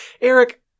Eric